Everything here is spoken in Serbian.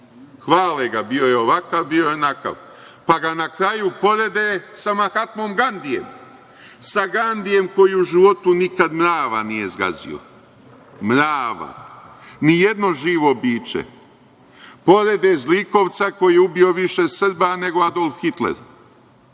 Hvale ga – bio je ovakav, bio je onakav, pa ga na kraju porede sa Mahatmom Gandijem, sa Gandijem koji u životu nikad mrava nije zgazio, mrava, ni jedno živo biće. Porede zlikovca koji je ubio više Srba nego Adolf Hitler. Da